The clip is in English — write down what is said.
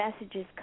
messages